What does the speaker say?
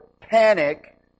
panic